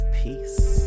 peace